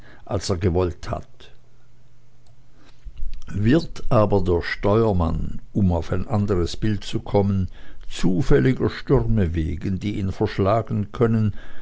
als er gewollt hat wird aber der steuermann um auf ein anderes bild zu kommen zufälliger stürme wegen die ihn verschlagen können